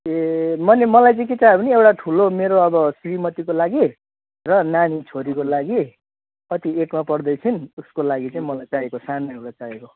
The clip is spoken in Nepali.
ए माने मलाई चाहिँ के चाहिएको भने एउटा ठुलो मेरो अब श्रीमतीको लागि र नानी छोरीको लागि कति एटमा पढ्दैछिन् उसको लागि चाहिँ मलाई चाहिएको सानो एउटा चाहिएको